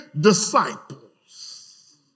disciples